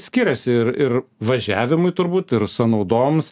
skiriasi ir ir važiavimui turbūt ir sanaudoms